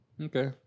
Okay